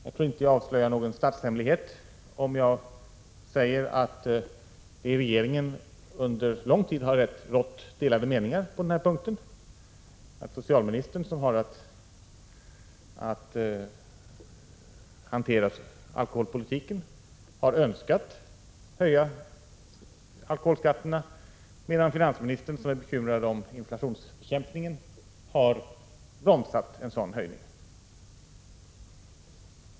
Jag tror inte att jag avslöjar någon statshemlighet om jag säger att det i regeringen under lång tid har rått delade meningar på den här punkten. Socialministern, som har att hantera alkoholpolitiken, har önskat höja alkoholskatterna, medan finansministern, som är bekymrad över inflationsbekämpningen, har bromsat en sådan höjning.